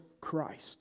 Christ